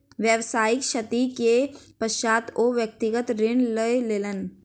व्यावसायिक क्षति के पश्चात ओ व्यक्तिगत ऋण लय लेलैन